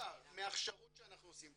בעיקר מהכשרות שאנחנו עושים,